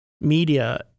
media